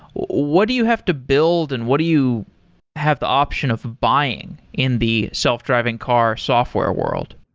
what do you have to build and what do you have the option of buying in the self-driving car software world?